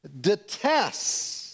detests